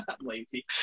lazy